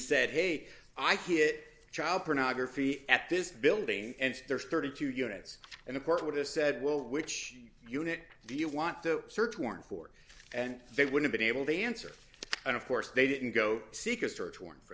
said hey i can get child pornography at this building and there's thirty two dollars units and the court would have said well which unit do you want to search warrant for and they would have been able to answer and of course they didn't go seek a search warrant for